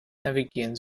navigieren